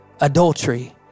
adultery